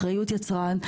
אחריות יצרן,